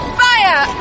fire